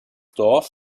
dorf